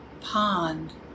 pond